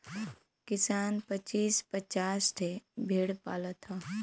किसान पचीस पचास ठे भेड़ पालत हौ